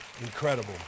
incredible